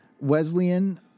Wesleyan